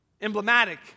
emblematic